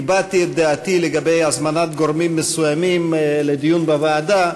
הבעתי את דעתי לגבי הזמנת גורמים מסוימים לדיון בוועדה.